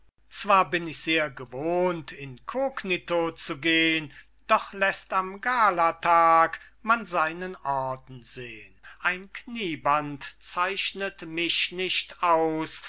zwar bin ich sehr gewohnt incognito zu gehn doch läßt am galatag man seinen orden sehn ein knieband zeichnet mich nicht aus